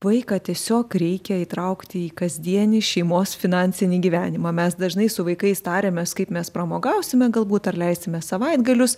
vaiką tiesiog reikia įtraukti į kasdienį šeimos finansinį gyvenimą mes dažnai su vaikais tariamės kaip mes pramogausime galbūt ar leisime savaitgalius